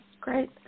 Great